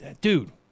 dude